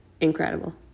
incredible